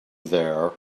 there